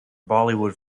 bollywood